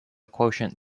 quotient